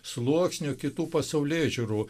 sluoksnių kitų pasaulėžiūrų